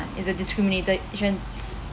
is a discrimination